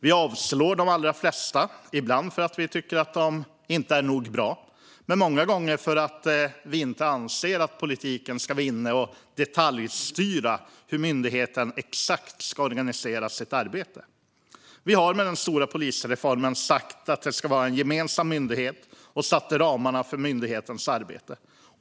Vi avslår de allra flesta - ibland för att vi inte tycker att de är bra nog. Men många gånger gör vi det därför att vi inte anser att politiken ska vara inne och detaljstyra exakt hur myndigheten ska organisera sitt arbete. Vi har med den stora polisreformen sagt att det ska vara en gemensam myndighet och satt ramarna för myndighetens arbete.